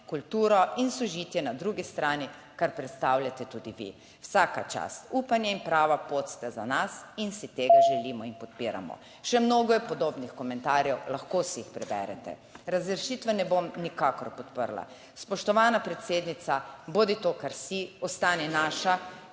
kulturo in sožitje na drugi strani, kar predstavljate tudi vi. Vsaka čast! Upanje in prava pot sta za nas in si tega želimo in podpiramo. Še mnogo je podobnih komentarjev, lahko si jih preberete. Razrešitve ne bom nikakor podprla. Spoštovana predsednica, bodi to kar si, ostane naša